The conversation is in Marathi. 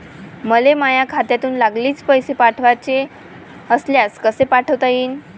मले माह्या खात्यातून लागलीच पैसे पाठवाचे असल्यास कसे पाठोता यीन?